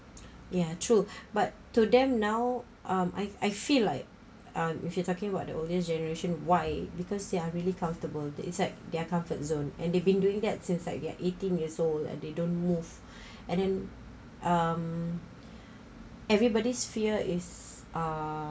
ya true but to them now um I I feel like um if you talking about the older generation why because they are really comfortable they're inside their comfort zone and they've been doing that since like they're eighteen years old and they don't move and then um everybody's fear is ah